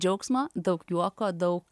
džiaugsmo daug juoko daug